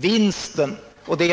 Vinsten med